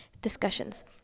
discussions